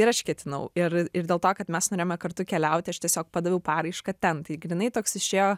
ir aš ketinau ir ir dėl to kad mes nuėjome kartu keliauti aš tiesiog padaviau paraišką ten tai grynai toks išėjo